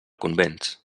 convenç